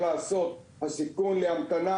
אסף ומאיר,